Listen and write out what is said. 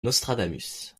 nostradamus